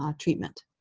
um treatment.